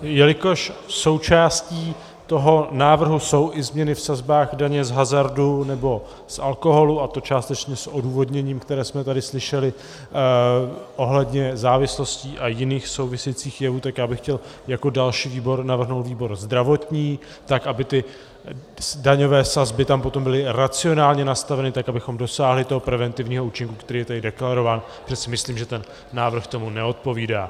Jelikož součástí toho návrhu jsou i změny v sazbách daně z hazardu nebo z alkoholu, a to částečně s odůvodněním, které jsme tady slyšeli ohledně závislostí a jiných souvisejících jevů, tak bych chtěl jako další výbor navrhnout výbor zdravotní, tak aby ty daňové sazby tam potom byly racionálně nastaveny tak, abychom dosáhli toho preventivního účinku, který je tady deklarován, protože si myslím, že ten návrh tomu neodpovídá.